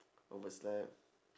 overslept